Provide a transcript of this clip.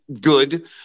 good